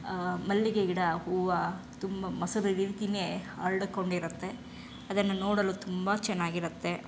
ಮಲ್ಲಿಗೆ ಗಿಡ ಹೂವ ತುಂಬ ಮೊಸರು ರೀತಿಯೇ ಹರ್ಡ್ಕೊಂಡಿರುತ್ತೆ ಅದನ್ನು ನೋಡಲು ತುಂಬ ಚೆನ್ನಾಗಿರುತ್ತೆ